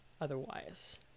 otherwise